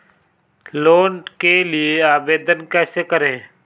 Loan के लिए आवेदन कैसे करें?